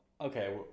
okay